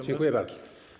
Dziękuję bardzo.